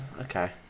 okay